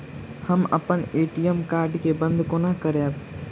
हम अप्पन ATM card केँ बंद कोना करेबै?